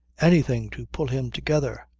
anything to pull him together.